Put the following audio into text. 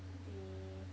they